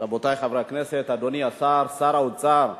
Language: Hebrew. רבותי חברי הכנסת, אדוני השר, שר האוצר,